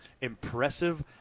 impressive